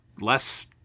less